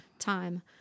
time